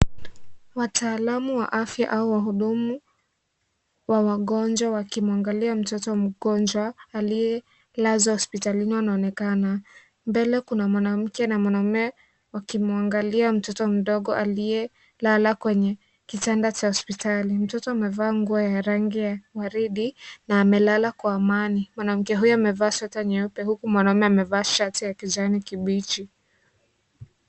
Wataalamu wa afya au wahudumu wa wagonjwa wakimwangalia mtoto mgonjwa aliyelazwa hospitalini wanaonekana. Mbele kuna mwanamke na mwanaume wakimwangalia mtoto mdogo aliyelala kwenye kitanda cha hospitali. Mtoto amevaa nguo ya rangi ya waridi na amelala kwa amani. Mwanamke huyo amevaa sweta nyeupe huku mwanaume amevaa shati ya kijani kibichi.